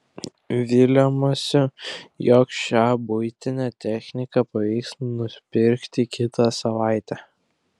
viliamasi jog šią buitinę techniką pavyks nupirkti kitą savaitę